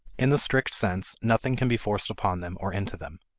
in the strict sense, nothing can be forced upon them or into them.